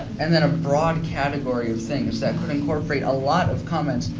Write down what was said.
and then a broad category of things that could incorporate a lot of comments.